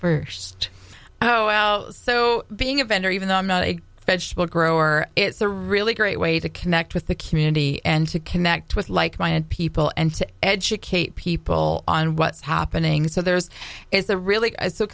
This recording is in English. first oh well so being a vendor even though i'm not a vegetable grower it's a really great way to connect with the community and to connect with like minded people and to educate people on what's happening so there's is a really